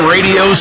Radio